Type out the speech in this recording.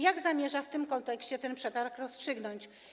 Jak zamierza w tym kontekście ten przetarg rozstrzygnąć?